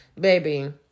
baby